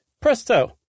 Presto